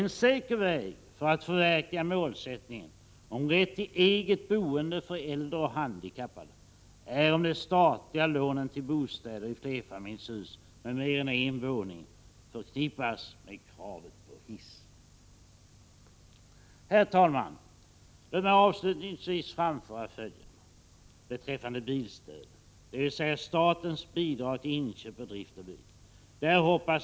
En säker väg för att förverkliga målet rätt till eget boende för äldre och handikappade är om de statliga lånen till bostäder i flerfamiljshus med mer än en våning förknippas med kravet på hiss. Herr talman! Låt mig avslutningsvis framföra följande beträffande bilstödet, dvs. statens bidrag till inköp och drift av bil.